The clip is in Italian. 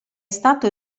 stato